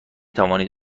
توانید